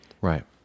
Right